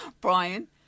Brian